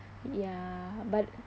ya but